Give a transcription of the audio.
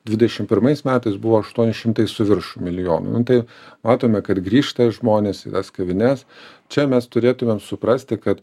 dvidešim pirmais metais buvo aštuoni šimtai su viršum milijonų nu tai matome kad grįžta žmonės į tas kavines čia mes turėtumėm suprasti kad